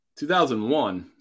2001